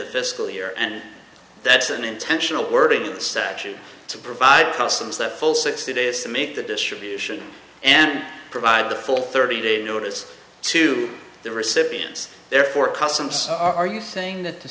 the fiscal year and that's an intentional wording of the statute to provide customs that full sixty days to make the distribution and provide the full thirty day notice to the recipients therefore customs are you saying that t